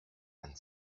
and